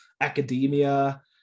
academia